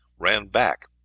ran back,